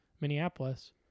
Minneapolis